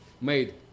made